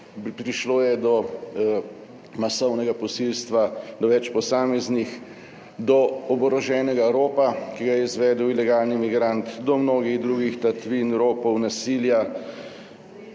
Prišlo je do masovnega posilstva, do več posameznih, do oboroženega ropa, ki ga je izvedel ilegalni migrant, do mnogih drugih tatvin, ropov, nasilja.